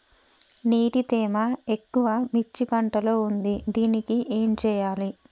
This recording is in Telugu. నీటి తేమ ఎక్కువ మిర్చి పంట లో ఉంది దీనికి ఏం చేయాలి?